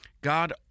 God